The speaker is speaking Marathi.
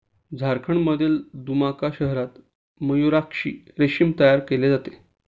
झारखंडमधील दुमका शहरात मयूराक्षी रेशीम तयार केले जाते